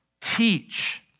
teach